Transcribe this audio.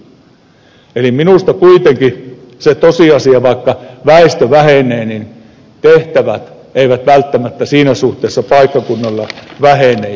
minusta kuitenkin on tosiasia että vaikka väestö vähenee tehtävät eivät välttämättä siinä suhteessa paikkakunnalta vähene